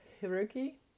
hierarchy